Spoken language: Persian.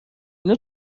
اینا